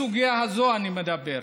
אבל בסוגיה הזאת אני אומר,